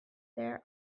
there